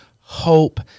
hope